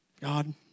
God